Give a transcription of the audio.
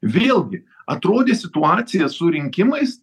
vėlgi atrodė situacija su rinkimais